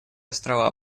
острова